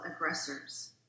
aggressors